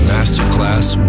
Masterclass